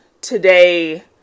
today